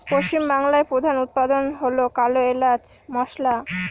পশ্চিম বাংলায় প্রধান উৎপাদন হয় কালো এলাচ মসলা